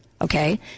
Okay